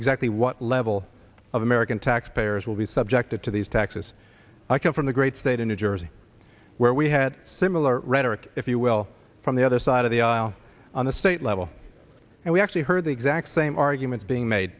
exactly what level of american taxpayers will be subjected to these taxes i come from the great state of new jersey where we had similar rhetoric if you will from the other side of the aisle on the state level and we actually heard the exact same arguments being made